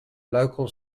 local